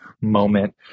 moment